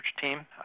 team